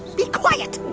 be quiet